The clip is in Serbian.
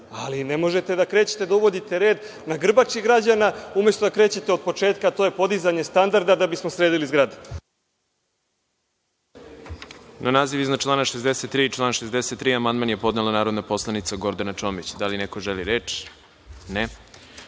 ali ne možete da krećete da uvodite red na grbači građana, umesto da krećete od početka, a to je podizanje standarda da bismo sredili zgradu. **Đorđe Milićević** Na naziv iznad člana 63. i član 63. amandman je podnela narodna poslanica Gordana Čomić. Da li neko želi reč?